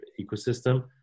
ecosystem